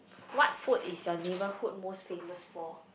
what food is your neighborhood most famous for